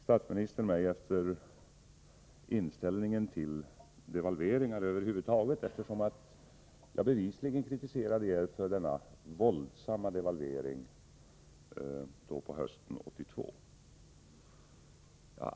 Statsministern frågar mig om inställningen till devalveringar över huvud taget, eftersom jag bevisligen kritiserade er för denna våldsamma devalvering hösten 1982.